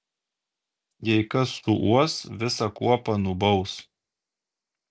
jei kas suuos visą kuopą nubaus